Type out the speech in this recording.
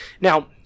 Now